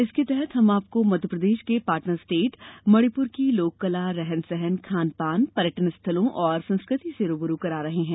इसके तहत हम आपको मध्यप्रदेश के पार्टनर स्टेट मणिपुर की लोककला रहन सहन खान पान पर्यटन स्थलों और संस्कृति से रू ब रू करा रहे हैं